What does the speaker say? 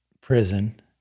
prison